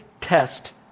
test